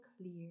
clear